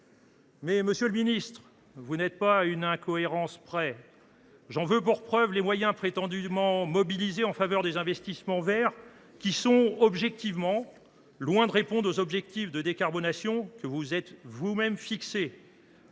Mais, monsieur le ministre, vous n’êtes pas à une incohérence près. Ça, c’est vrai ! J’en veux pour preuve les moyens prétendument mobilisés en faveur des investissements verts, qui sont objectivement loin de répondre aux objectifs de décarbonation que vous vous êtes vous même fixés.